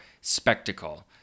spectacle